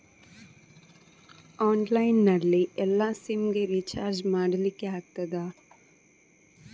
Online ನಲ್ಲಿ ಎಲ್ಲಾ sim ಗೆ ರಿಚಾರ್ಜ್ ಮಾಡಲಿಕ್ಕೆ ಆಗ್ತದಾ?